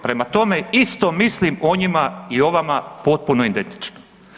Prema tome, isto mislim o njima i o vama, potpuno identično.